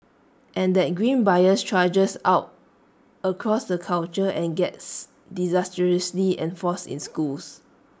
and that grim bias trudges out across the culture and gets disastrously reinforced in schools